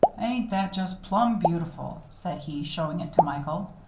ain't that just plum' beautiful! said he, showing it to michael.